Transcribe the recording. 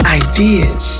ideas